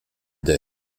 der